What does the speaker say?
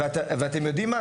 אתם יודעים מה?